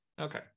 okay